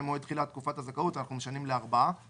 מועד תחילת תקופת הזכאות על מחזור עסקאות בשיעור